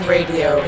Radio